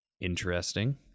Interesting